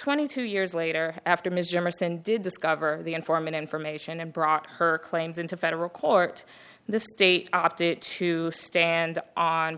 twenty two years later after mr emerson did discover the informant information and brought her claims into federal court the state opted to stand on